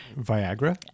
Viagra